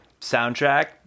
soundtrack